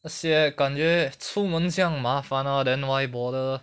那些感觉出门这样麻烦 ah then why bother